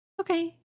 Okay